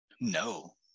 No